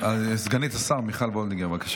כבוד היושב-ראש, כבוד השר, השרה,